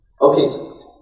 Okay